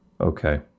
Okay